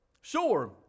Sure